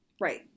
Right